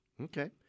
Okay